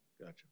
Gotcha